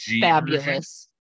fabulous